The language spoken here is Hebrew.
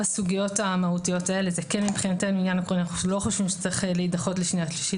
אנחנו לא חושבים שצריך להידחות לשנייה-שלישית.